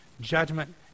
Judgment